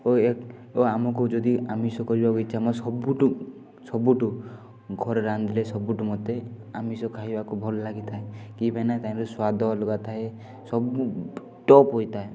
ଓ ଏକ ଓ ଆମକୁ ଯଦି ଆମିଷ କରିବାକୁ ଇଚ୍ଛା ମୋତେ ସବୁଠୁ ସବୁଠୁ ଘରେ ରାନ୍ଧିଲେ ସବୁଠୁ ମୋତେ ଆମିଷ ଖାଇବାକୁ ଭଲ ଲାଗିଥାଏ କି ପାଇଁନା ତହିଁରେ ସ୍ଵାଦ ଅଲଗା ଥାଏ ସବୁ ଟପ୍ ହୋଇଥାଏ